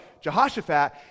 Jehoshaphat